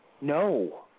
No